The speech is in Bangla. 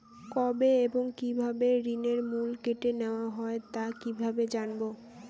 কবে এবং কিভাবে ঋণের মূল্য কেটে নেওয়া হয় তা কিভাবে জানবো?